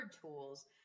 tools